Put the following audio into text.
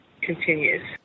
continues